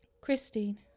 Christine